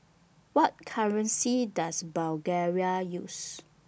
What currency Does Bulgaria use